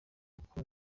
uko